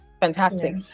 Fantastic